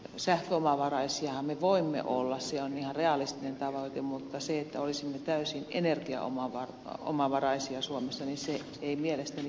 sähköomavaraisiahan me voimme olla se on ihan realistinen tavoite mutta se että olisimme täysin energiaomavaraisia suomessa ei mielestäni ole realistinen tavoite